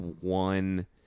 one